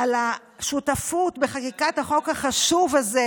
על השותפות בחקיקת החוק החשוב הזה,